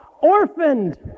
Orphaned